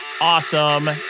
awesome